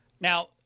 Now